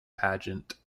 pageant